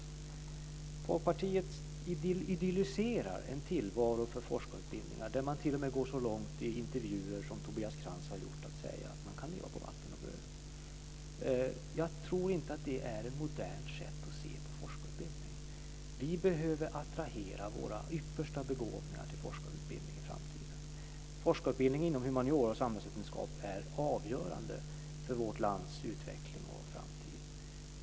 Folkpartiet idylliserar en tillvaro för forskarutbildningar där man t.o.m. går så långt i intervjuer som Tobias Krantz har gjort genom att säga att man kan leva på vatten och bröd. Jag tror inte att det är ett modernt sätt att se på forskarutbildning. Vi behöver attrahera våra yppersta begåvningar till forskarutbildning i framtiden. Forskarutbildning inom humaniora och samhällsvetenskap är avgörande för vårt lands utveckling och framtid.